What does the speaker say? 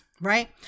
right